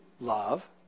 love